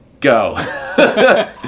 Go